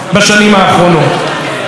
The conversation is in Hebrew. הגברת לבני כבר שנים ארוכות,